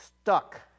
stuck